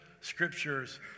scriptures